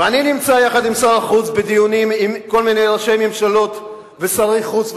ואני נמצא יחד עם שר החוץ בדיונים עם כל מיני ראשי ממשלות ושרי חוץ,